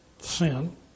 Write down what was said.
sin